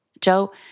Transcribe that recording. Joe